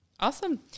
Awesome